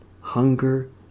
hunger